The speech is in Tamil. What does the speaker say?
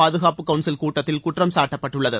பாதுனப்பு கவுன்சில் கூட்டத்தில் குற்றம் சாட்டப்பட்டுள்ளது